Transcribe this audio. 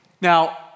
Now